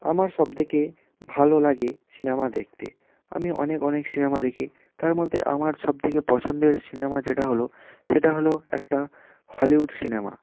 আমার সবথেকে ভালো লাগে সিনেমা দেখতে আমি অনেক অনেক সিনেমা দেখি তার মধ্যে আমার সবথেকে পছন্দের সিনেমা যেটা হল সেটা হল একটা হলিউড সিনেমা